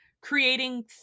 creating